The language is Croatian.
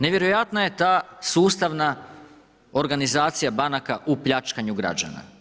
Nevjerojatna je ta sustavna organizacija banaka u pljačkanju građana.